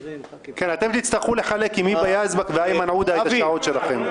אתם תצטרכו לחלק עם היבה יזבק ואיימן עודה את השעות שלכם.